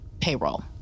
payroll